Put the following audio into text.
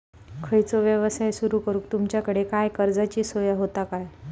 खयचो यवसाय सुरू करूक तुमच्याकडे काय कर्जाची सोय होता काय?